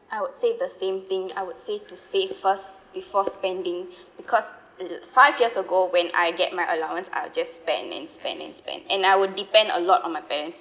I would say the same thing I would say to save first before spending because five years ago when I get my allowance I'll just spend and spend and spend and I would depend a lot on my parent